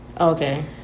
okay